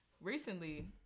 recently